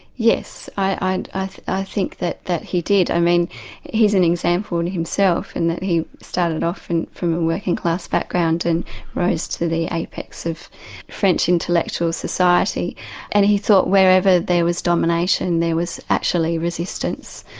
yes, i ah i think that that he did. i mean he's an example in himself, in and that he started off and from a working class background and rose to the apex of french intellectual society and he thought wherever there was domination, there was actually resistance,